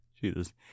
Jesus